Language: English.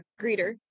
greeter